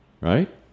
Right